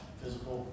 physical